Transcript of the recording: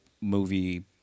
movie